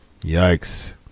Yikes